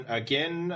again